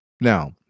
Now